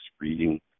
reading